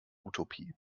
utopie